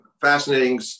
fascinating